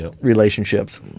relationships